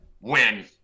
win